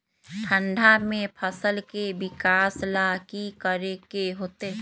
ठंडा में फसल के विकास ला की करे के होतै?